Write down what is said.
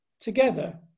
together